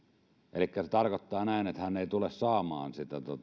elikkä se tarkoittaa että hän ei tule saamaan